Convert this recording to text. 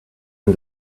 and